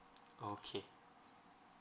okay